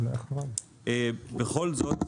בכל זאת,